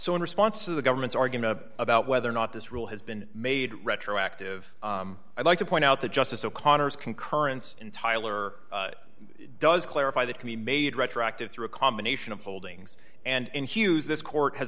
so in response to the government's argument about whether or not this rule has been made retroactive i'd like to point out that justice o'connor's concurrence in tyler does clarify that can be made retroactive through a combination of holdings and hughes this court has